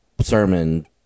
sermon